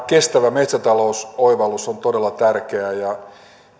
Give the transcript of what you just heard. kestävä metsätalous oivallus on todella tärkeä ja